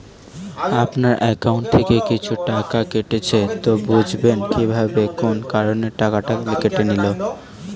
আপনার একাউন্ট থেকে কিছু টাকা কেটেছে তো বুঝবেন কিভাবে কোন কারণে টাকাটা কেটে নিল?